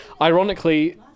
Ironically